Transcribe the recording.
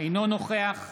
אינו נוכח